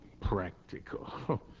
practical